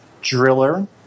Driller